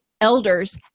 elders